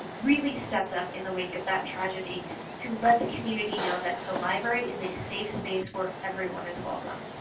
really stepped up in the wake of that tragedy to let the community know that the library is a safe space where everyone is welcome.